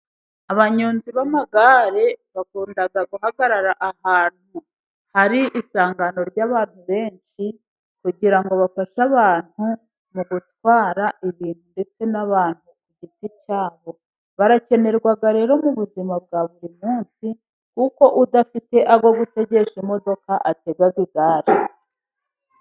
Abanyonzi b'amagare bakunda guhagarara, ahantu hari isangano ry'abantu benshi, kugirango bafashe abantu, mu gutwara ibintu ndetse n'abantu ku giti cyabo, barakenerwa rero m'ubuzima bwaburi munsi, kuko udafite ayo gutega imodoka, atega igare.